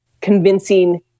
convincing